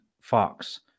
fox